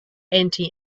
anti